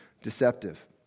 Deceptive